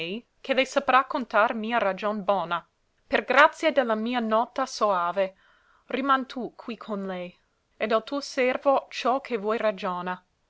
che le saprà contar mia ragion bona per grazia de la mia nota soave reman tu qui con lei e del tuo servo ciò che vuoi ragiona